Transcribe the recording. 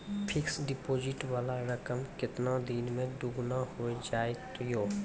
Fixed deposit वाला रकम केतना दिन मे दुगूना हो जाएत यो?